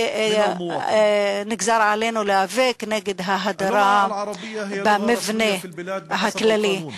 ונגזר עלינו להיאבק בהדרה במבנה הכללי.